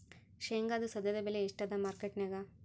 ಶೇಂಗಾದು ಸದ್ಯದಬೆಲೆ ಎಷ್ಟಾದಾ ಮಾರಕೆಟನ್ಯಾಗ?